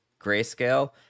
Grayscale